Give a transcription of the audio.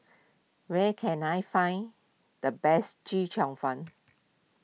where can I find the best Chee Cheong Fun